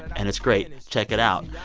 and it's great. check it out.